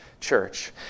church